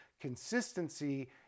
consistency